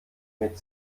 mit